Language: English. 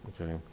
okay